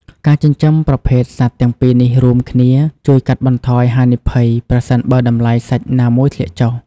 ការចិញ្ចឹមប្រភេទសត្វទាំងពីរនេះរួមគ្នា ជួយកាត់បន្ថយហានិភ័យប្រសិនបើតម្លៃសាច់ណាមួយធ្លាក់ចុះ។